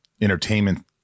entertainment